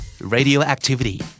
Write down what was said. radioactivity